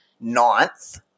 ninth